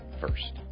first